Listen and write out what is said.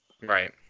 Right